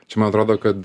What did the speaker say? čia man atrodo kad